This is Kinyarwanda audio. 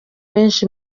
benshi